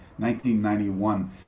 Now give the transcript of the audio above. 1991